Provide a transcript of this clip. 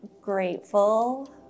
grateful